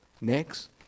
Next